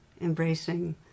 embracing